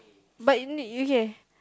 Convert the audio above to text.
but in it okay